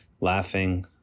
laughing